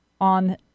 on